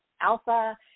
alpha